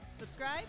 Subscribe